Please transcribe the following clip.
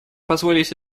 позволить